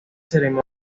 ceremonias